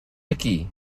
aquí